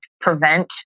prevent